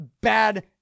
bad